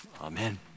Amen